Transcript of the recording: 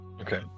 Okay